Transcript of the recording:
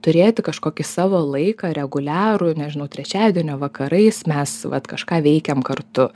turėti kažkokį savo laiką reguliarų nežinau trečiadienio vakarais mes vat kažką veikiam kartu